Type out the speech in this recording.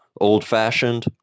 Old-fashioned